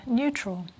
neutral